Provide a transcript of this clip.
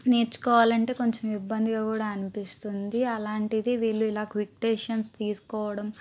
నేర్చుకోవాలంటే కొంచెం ఇబ్బందిగా కూడా అనిపిస్తుంది అలాంటిది వీళ్ళు ఇలా క్విక్ డెసిషన్స్ తీసుకోవడం